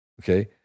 Okay